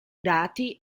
dati